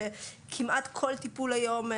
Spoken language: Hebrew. שכמעט כל טיפול היום,